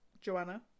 Joanna